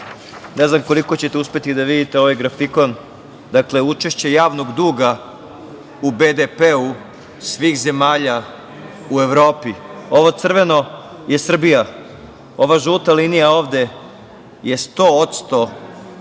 ne znam koliko ćete uspeti da vidite ovaj grafikon, učešće javnog duga u BDP-u svih zemalja u Evropi. Ovo crveno je Srbija. Ova žuta linija je 100% koji